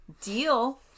deal